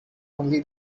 only